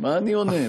מה אני עונה?